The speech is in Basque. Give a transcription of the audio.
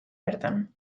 bertan